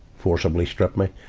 forcibly stripped me.